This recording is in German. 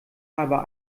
aber